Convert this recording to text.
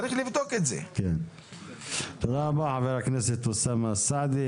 תודה רבה חבר הכנסת אוסאמה סעדי.